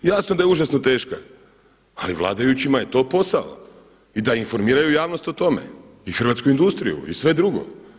Jasno da je užasno teška, ali vladajućima je to posao i da informiraju javnost o tome i hrvatsku industriju i sve drugo.